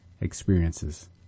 experiences